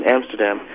Amsterdam